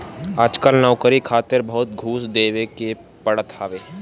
आजकल नोकरी खातिर बहुते घूस देवे के पड़त हवे